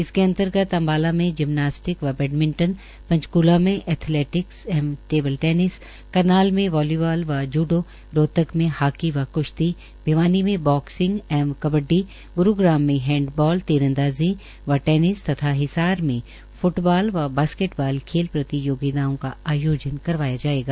इसके अन्तर्गत अम्बाला में जिम्नास्टिक व बैडमिंटन पंचकूला में एथलेटिक्स एवं टेबल टेनिस करनाल में वॉलीवाल व जूडो रोहतक में हॉकी व कुश्ती भिवानी में बॉक्सिंग एवं कबड्डी ग्रुग्राम में हैंडबॉल तीरंदाजी व टेनिस तथा हिसार में फ्टबॉल व बॉस्केटबॉल खेल प्रतियोगिताओं का आयोजन करवाया जाएगा